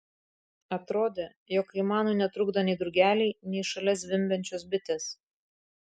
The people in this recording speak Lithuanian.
atrodė jog kaimanui netrukdo nei drugeliai nei šalia zvimbiančios bitės